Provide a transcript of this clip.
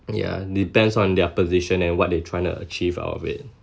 yeah depends on their position and what they trying to achieve out of it